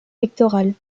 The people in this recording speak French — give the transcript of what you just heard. pectorales